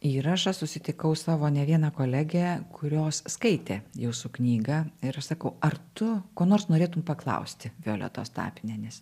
įrašą susitikau savo ne vieną kolegę kurios skaitė jūsų knygą ir aš sakau ar tu ko nors norėtum paklausti violetos tapinienės